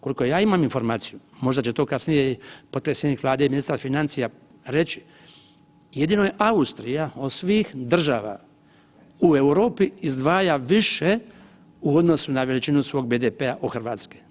Koliko ja imam informaciju možda će to kasnije potpredsjednik i ministar financija reći jedino je Austrija od svih država u Europi izdvaja više u odnosu na veličinu svog BDP-a od Hrvatske.